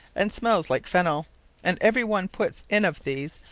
and smell like fennell and every one puts in of these,